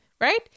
Right